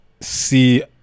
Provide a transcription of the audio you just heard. see